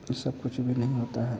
ये सब कुछ भी नहीं होता है